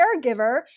caregiver